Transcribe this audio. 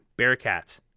Bearcats